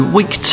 week